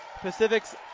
Pacifics